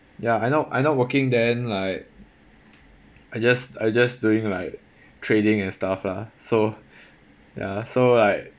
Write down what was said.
ya I not I not working then like I just I just doing like trading and stuff lah so ya so like